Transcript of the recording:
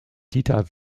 dieter